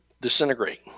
disintegrate